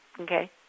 Okay